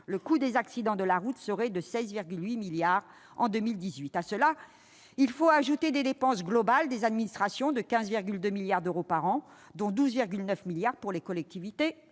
le coût des accidents de la route serait de 16,8 milliards d'euros en 2018. À cela, il faut ajouter des dépenses globales des administrations de 15,2 milliards d'euros par an, dont 12,9 milliards d'euros pour les collectivités